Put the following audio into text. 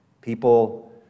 People